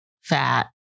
fat